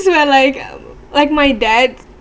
where like like my dad